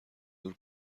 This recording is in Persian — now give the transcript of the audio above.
دور